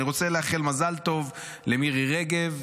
אני רוצה לאחל מזל טוב למירי רגב.